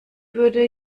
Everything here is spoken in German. würde